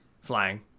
Flying